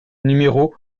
numéro